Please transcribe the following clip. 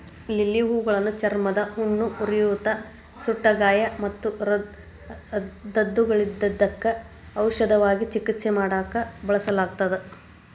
lily ಹೂಗಳನ್ನ ಚರ್ಮದ ಹುಣ್ಣು, ಉರಿಯೂತ, ಸುಟ್ಟಗಾಯ ಮತ್ತು ದದ್ದುಗಳಿದ್ದಕ್ಕ ಔಷಧವಾಗಿ ಚಿಕಿತ್ಸೆ ಮಾಡಾಕ ಬಳಸಲಾಗುತ್ತದೆ